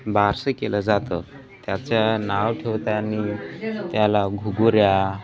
बारसं केलं जातं त्याचं नाव ठेवताना त्याला घुगऱ्या